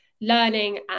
learning